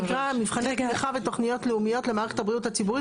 זה נקרא 'מבחני תמיכה ותכניות לאומיות למערכת הבריאות הציבורית'?